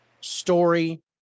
story